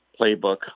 playbook